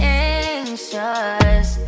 anxious